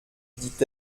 dit